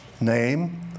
name